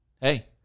Hey